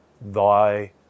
thy